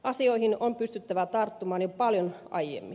asioihin on pystyttävä tarttumaan jo paljon aiemmin